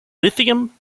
lithium